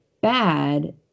Bad